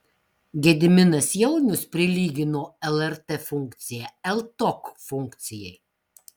gediminas jaunius prilygino lrt funkciją ltok funkcijai